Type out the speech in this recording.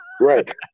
Right